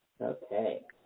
Okay